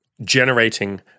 generating